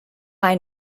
ein